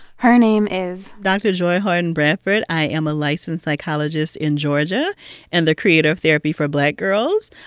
her name is. dr. joy harden bradford. i am a licensed psychologist in georgia and the creator of therapy for black girls,